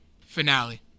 finale